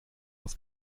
aus